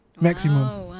maximum